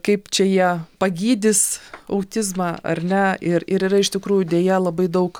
kaip čia jie pagydys autizmą ar ne ir ir yra iš tikrųjų deja labai daug